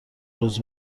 روز